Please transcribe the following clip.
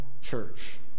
church